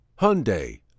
Hyundai